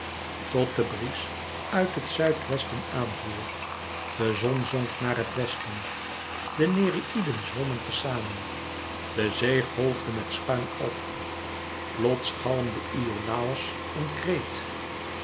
tot de bries uit het zuid-westen aan voer de zon zonk naar het westen de nereïden zwommen te zamen de zee golfde met schuim op plots galmde iolàos een kreet